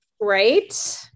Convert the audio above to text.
Right